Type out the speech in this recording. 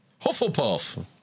Hufflepuff